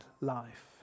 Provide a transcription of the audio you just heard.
life